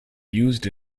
used